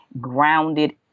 grounded